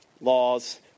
laws